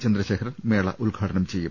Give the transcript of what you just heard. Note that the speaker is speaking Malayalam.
ചന്ദ്രശേഖരൻ മേള ഉദ്ഘാടനം ചെയ്യും